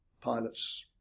pilots